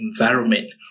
environment